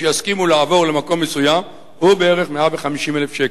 שיסכימו לעבור למקום מסוים הוא בערך 150,000 שקל.